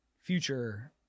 future